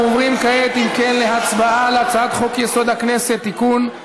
אנחנו עוברים כעת להצבעה על הצעת חוק-יסוד: הכנסת (תיקון,